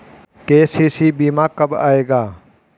KCC बीमा कब आएगा?